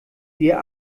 wir